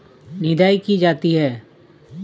निदाई की जाती है?